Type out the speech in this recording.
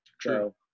true